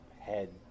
head